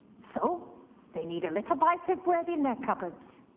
so they need a little bite of bread in their cupboards,